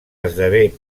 esdevé